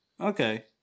Okay